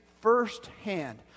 firsthand